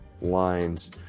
lines